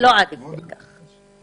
לא עד כדי כך.